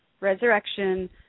resurrection